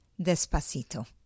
Despacito